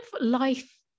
life